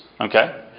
Okay